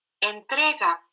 Entrega